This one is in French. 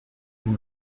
vous